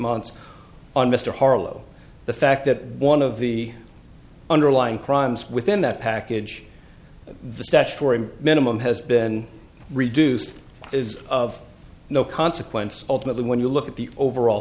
months on mr harlow the fact that one of the underlying crimes within that package the statutory minimum has been reduced is of no consequence ultimately when you look at the overall